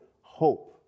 hope